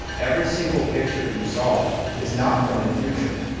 every single picture you saw, is not from the future.